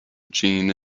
gene